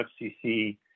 FCC